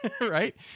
right